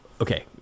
okay